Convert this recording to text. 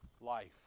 Life